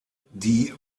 die